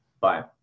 Bye